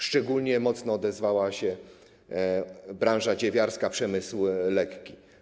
Szczególnie mocno odezwała się branża dziewiarska, przemysł lekki.